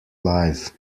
live